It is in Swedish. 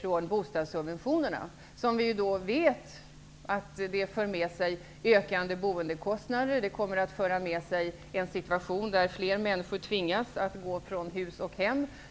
från bostadssubventionerna, som vi vet medför ökade boendekostnader. Det kommer också att föra med sig en situation där fler människor tvingas att gå från hus och hem.